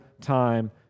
time